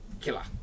killer